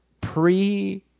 pre-